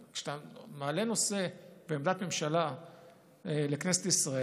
שכשאתה מעלה נושא ועמדת ממשלה לכנסת ישראל,